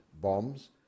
bombs